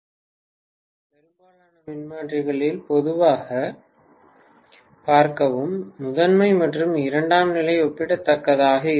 பேராசிரியர் பெரும்பாலான மின்மாற்றிகளில் பொதுவாகப் பார்க்கவும் முதன்மை மற்றும் இரண்டாம் நிலை ஒப்பிடத்தக்கதாக இருக்கும்